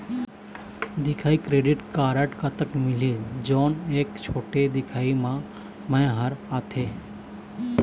दिखाही credit card कतक मिलही जोन एक छोटे दिखाही म मैं हर आथे?